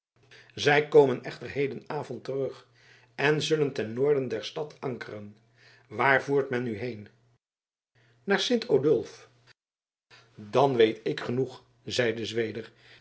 zij komen echter hedenavond terug en zullen ten noorden der stad ankeren waar voert men u heen naar sint odulf dan weet ik genoeg zeide zweder